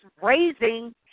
raising